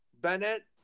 Bennett